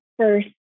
First